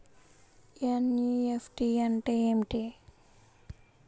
NEFT అంటే ఏమిటి?